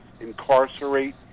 incarcerate